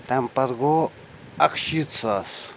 تمۍ پَتہٕ گوٚو اَکہٕ شیٖتھ ساس